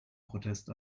protest